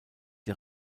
der